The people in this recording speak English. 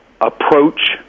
approach